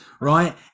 right